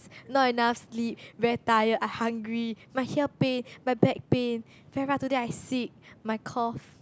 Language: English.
not enough sleep very tired I hungry my here pain my back pain then after that I sick my cough